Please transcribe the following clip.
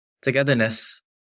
togetherness